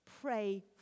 pray